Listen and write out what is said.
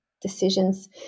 decisions